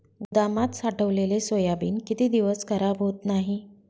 गोदामात साठवलेले सोयाबीन किती दिवस खराब होत नाही?